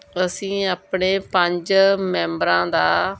ਅਸੀਂ ਆਪਣੇ ਪੰਜ ਮੈਂਬਰਾਂ ਦਾ